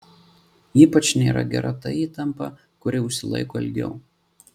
ypač nėra gera ta įtampa kuri užsilaiko ilgiau